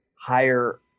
higher